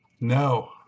no